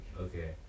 okay